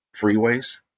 freeways